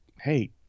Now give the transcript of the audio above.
hey